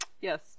yes